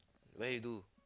where you do